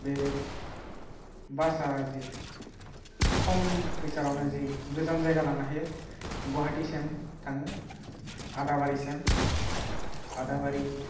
बे बासआ जि खम फैसायावनो जि गोजान जायगा लांनो हायो गवाहाटीसिम थाङो आदाबारिसिम आदाबारि